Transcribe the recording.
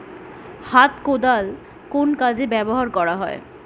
হাত কোদাল কোন কাজে ব্যবহার করা হয়?